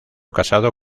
casado